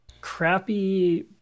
crappy